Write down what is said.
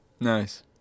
Nice